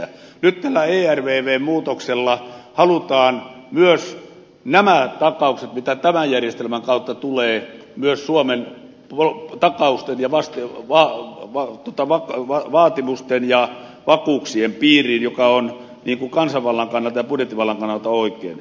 nyt tällä ervvn muutoksella halutaan myös nämä takaukset mitkä tämän järjestelmän kautta tulevat myös suomen takausten ja waski wah wah wah wah vaatimusten ja vakuuksien piiriin mikä on kansanvallan kannalta ja budjettivallan kannalta oikein